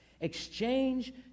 exchange